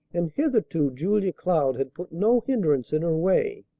and hitherto julia cloud had put no hindrance in her way.